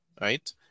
right